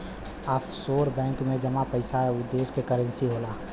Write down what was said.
offshore bank में जमा पइसा उ देश क करेंसी होला